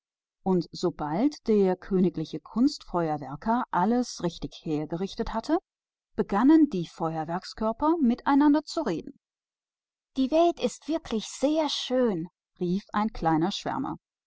und sobald der königliche pyrotechniker alles an seinen richtigen platz gebracht hatte begann das feuerwerk untereinander sich zu unterhalten die welt ist doch wahrhaftig zu schön rief ein kleiner schwärmer